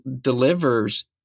delivers